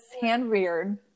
hand-reared